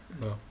No